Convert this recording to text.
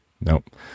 Nope